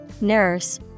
nurse